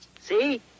See